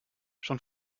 schon